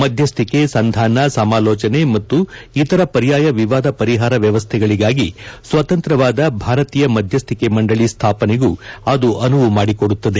ಮಧ್ಯಸ್ಥಿಕೆ ಸಂಧಾನ ಸಮಾಲೋಚನೆ ಮತ್ತು ಇತರ ಪರ್ಯಾಯ ವಿವಾದ ಪರಿಹಾರ ವ್ಯವಸ್ಥೆಗಳಿಗಾಗಿ ಸ್ವತಂತ್ರವಾದ ಭಾರತೀಯ ಮಧ್ಯಸ್ಥಿಕೆ ಮಂಡಳಿ ಸ್ಥಾಪನೆಗೂ ಅದು ಅನುವು ಮಾದಿಕೊಡುತ್ತದೆ